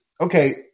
okay